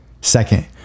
Second